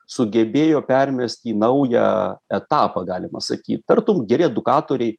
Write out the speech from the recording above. sugebėjo permest į naują etapą galima sakyt tartum geri dukatoriai